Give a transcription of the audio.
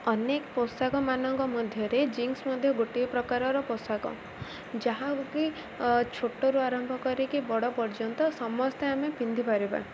ଅନେକ ପୋଷାକ ମାନଙ୍କ ମଧ୍ୟରେ ଜିନ୍ସ ମଧ୍ୟ ଗୋଟିଏ ପ୍ରକାରର ପୋଷାକ ଯାହାକି ଛୋଟରୁ ଆରମ୍ଭ କରିକି ବଡ଼ ପର୍ଯ୍ୟନ୍ତ ସମସ୍ତେ ଆମେ ପିନ୍ଧିପାରିବା